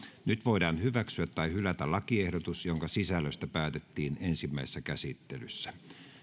nyt voidaan hyväksyä tai hylätä lakiehdotus jonka sisällöstä päätettiin ensimmäisessä käsittelyssä